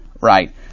right